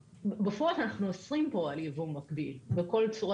בפועל אנחנו אוסרים פה על ייבוא מקביל בכל צורה